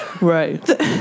Right